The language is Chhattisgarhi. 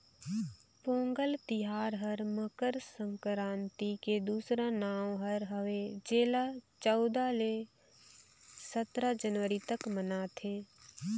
पोगंल तिहार हर मकर संकरांति के दूसरा नांव हर हवे जेला चउदा ले सतरा जनवरी तक मनाथें